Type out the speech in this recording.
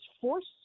forced